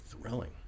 thrilling